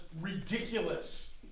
ridiculous